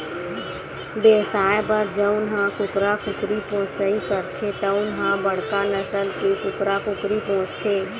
बेवसाय बर जउन ह कुकरा कुकरी पोसइ करथे तउन ह बड़का नसल के कुकरा कुकरी पोसथे